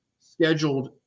scheduled